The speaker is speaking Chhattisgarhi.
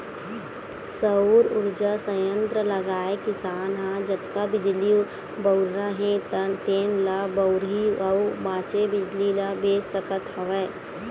सउर उरजा संयत्र लगाए किसान ह जतका बिजली बउरना हे तेन ल बउरही अउ बाचे बिजली ल बेच सकत हवय